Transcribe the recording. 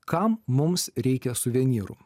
kam mums reikia suvenyrų